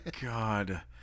God